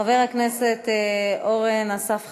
חבר הכנסת אורן אסף חזן,